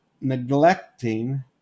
neglecting